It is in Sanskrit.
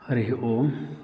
हरिः ओम्